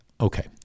okay